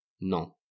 Non